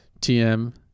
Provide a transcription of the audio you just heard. TM